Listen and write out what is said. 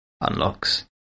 unlocks